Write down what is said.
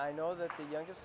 i know the two youngest